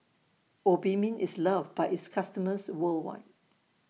Obimin IS loved By its customers worldwide